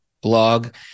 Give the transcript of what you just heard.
blog